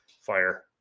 fire